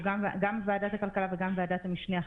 גם ועדת הכלכלה וגם ועדת המשנה,